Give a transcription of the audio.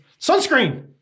sunscreen